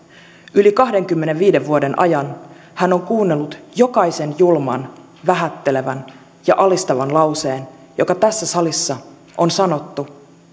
yli kahdenkymmenenviiden vuoden ajan hän on kuunnellut jokaisen julman vähättelevän ja alistavan lauseen joka tässä salissa on sanottu